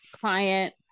client